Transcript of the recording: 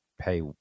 pay